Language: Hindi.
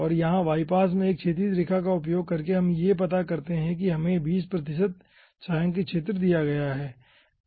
और यहाँ y पास में एक क्षैतिज रेखा का उपयोग करके हम पता करते है कि हमें 20 प्रतिशत छायांकित क्षेत्र दिया गया है